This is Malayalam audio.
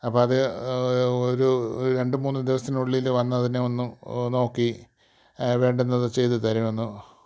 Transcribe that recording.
അപ്പം അത് ഒരു രണ്ട് മൂന്ന് ദിവസത്തിനുള്ളിൽ വന്നതിനെ ഒന്ന് നോക്കി വേണ്ടുന്നത് ചെയ്തു തരാനാണ്